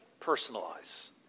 personalize